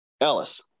ellis